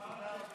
תודה רבה.